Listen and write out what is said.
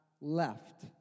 left